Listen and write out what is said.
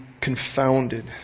confounded